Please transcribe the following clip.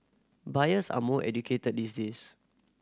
buyers are more educated these days